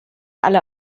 alle